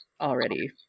already